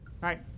right